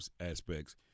aspects